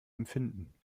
empfinden